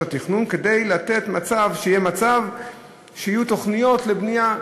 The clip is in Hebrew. התכנון כדי שיהיה מצב שיהיו תוכניות לבנייה,